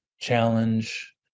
challenge